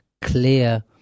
clear